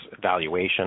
valuation